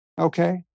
Okay